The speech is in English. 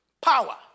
power